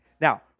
Now